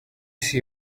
see